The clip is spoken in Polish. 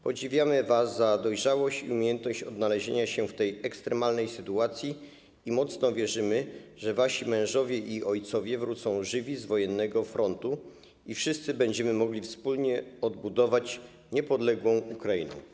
Podziwiamy was za dojrzałość i umiejętność odnalezienia się w tej ekstremalnej sytuacji i mocno wierzymy, że wasi mężowie i ojcowie wrócą żywi z wojennego frontu i wszyscy będziemy mogli wspólnie odbudować niepodległą Ukrainę.